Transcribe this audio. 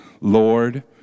Lord